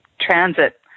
transit